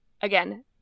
Again